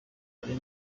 ari